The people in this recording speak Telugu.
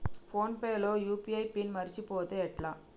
ఫోన్ పే లో యూ.పీ.ఐ పిన్ మరచిపోతే ఎట్లా?